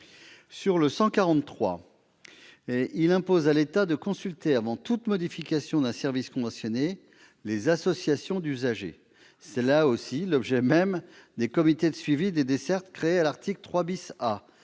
pour objet d'imposer de consulter, avant toute modification d'un service conventionné, les associations d'usagers. C'est, là encore, l'objet même des comités de suivi des dessertes créés à l'article 3 A.